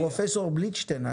פרופ' בליטשטיין,